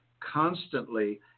constantly